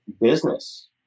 business